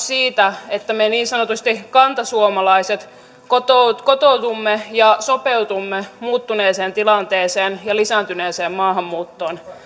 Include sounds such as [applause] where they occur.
[unintelligible] siitä että me niin sanotusti kantasuomalaiset kotoudumme kotoudumme ja sopeudumme muuttuneeseen tilanteeseen ja lisääntyneeseen maahanmuuttoon